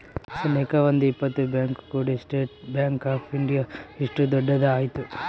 ಸನೇಕ ಒಂದ್ ಇಪ್ಪತ್ ಬ್ಯಾಂಕ್ ಕೂಡಿ ಸ್ಟೇಟ್ ಬ್ಯಾಂಕ್ ಆಫ್ ಇಂಡಿಯಾ ಇಷ್ಟು ದೊಡ್ಡದ ಆಯ್ತು